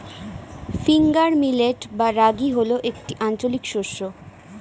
finger millet বা রাগী হল একটি আঞ্চলিক শস্য